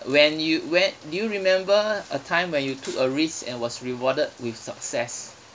when you when do you remember a time when you took a risk and was rewarded with success